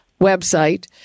website